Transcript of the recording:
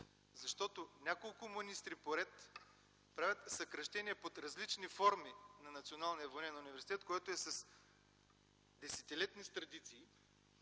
Защото няколко министри поред правят съкращения под различни форми на Националния военен университет, което е с десетилетни традиции